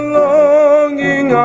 longing